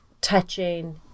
touching